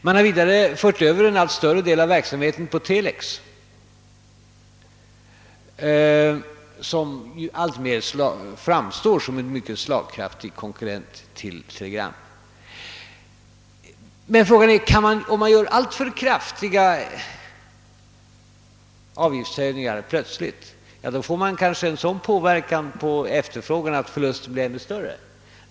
Man har vidare fört över en allt större del av verksamheten till telex, som framstår som en mycket slag kraftig konkurrent till telegrammen. Om man plötsligt vidtar alltför kraftiga avgiftshöjningar kan detta påverka efterfrågan, så att förlusten blir ännu större.